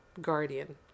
guardian